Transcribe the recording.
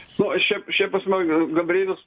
nu šia šiaip pasma gabrielius